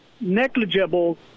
negligible